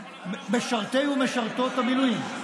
משרתי ומשרתות המילואים.